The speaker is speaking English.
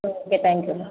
okay thank you ma'am